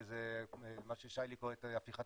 שזה מה ששי-לי קוראת הפיכת